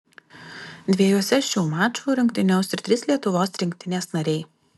dviejuose šių mačų rungtyniaus ir trys lietuvos rinktinės nariai